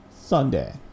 Sunday